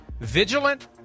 vigilant